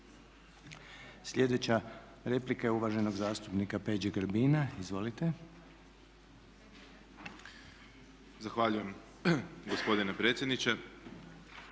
Sljedeća replika je uvaženog zastupnika Peđe Grbina, izvolite. **Grbin, Peđa (SDP)** Zahvaljujem gospodine predsjedniče.